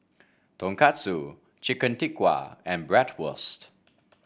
Tonkatsu Chicken Tikka and Bratwurst